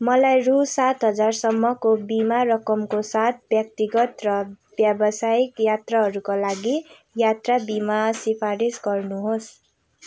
मलाई रु सात हजारसम्मको बिमा रकमको साथ व्यक्तिगत र व्यावसायिक यात्राहरूका लागि यात्रा बिमा सिफारिस गर्नुहोस्